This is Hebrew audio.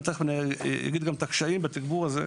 ותיכף אני אגיד גם את הקשיים בתגבור הזה,